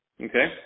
Okay